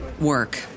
work